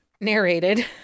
narrated